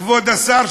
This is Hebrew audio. כבוד השר,